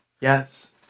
Yes